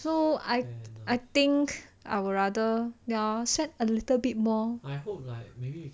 so I I think I would rather now set a little bit more